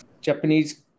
Japanese